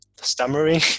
stammering